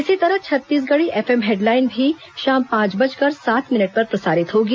इसी तरह Chhattisgarhi FM headline भी शाम पांच बजकर सात मिनट पर प्रसारित होगी